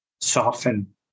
soften